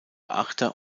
achter